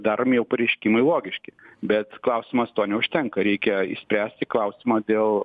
daromi jau pareiškimai logiški bet klausimas to neužtenka reikia išspręsti klausimą dėl